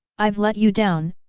i've let you down,